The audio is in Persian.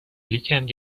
لیکن